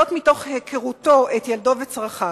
זאת מתוך היכרותו את ילדו וצרכיו.